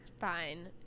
fine